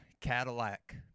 Cadillac